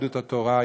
יהדות התורה,